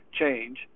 change